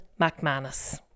McManus